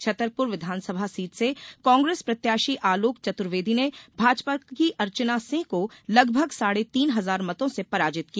छतरपुर विधानसभा सीट से कांग्रेस प्रत्याशी आलोक चतुर्वेदी ने भाजपा की अर्चना सिंह को लगभग साढ़े तीन हजार मतों से पराजित किया